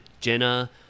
Jenna